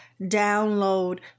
download